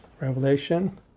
Revelation